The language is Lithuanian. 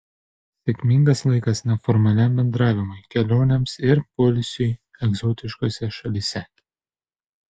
sėkmingas laikas neformaliam bendravimui kelionėms ir poilsiui egzotiškose šalyse